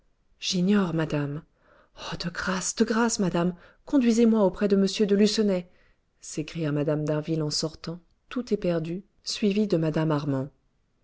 j'ignore madame oh de grâce de grâce madame conduisez-moi auprès de m de lucenay s'écria mme d'harville en sortant tout éperdue suivie de mme armand